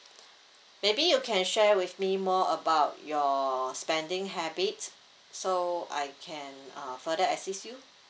maybe you can share with me more about your spending habits so I can uh further assist you